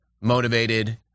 motivated